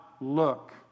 look